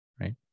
Right